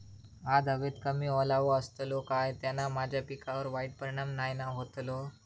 आज हवेत कमी ओलावो असतलो काय त्याना माझ्या पिकावर वाईट परिणाम नाय ना व्हतलो?